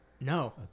No